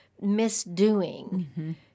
misdoing